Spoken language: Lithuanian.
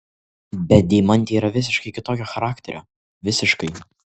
bet deimantė yra visiškai kitokio charakterio visiškai